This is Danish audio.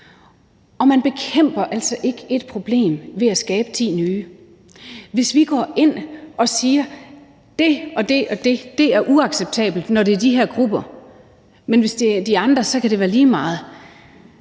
Og man bekæmper altså ikke et problem ved at skabe ti nye. Hvis vi går ind og siger, at det og det er uacceptabelt, når der er tale om de her grupper, men at det kan være lige meget,